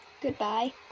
Goodbye